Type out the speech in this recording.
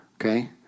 Okay